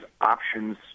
options